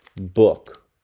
book